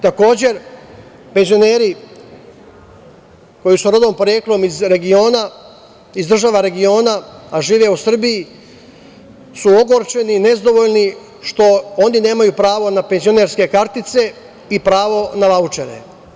Takođe, penzioneri koji su rodom i poreklom iz država regiona a žive u Srbiji su ogorčeni, nezadovoljni što oni nemaju pravo na penzionerske kartice i pravo na vaučere.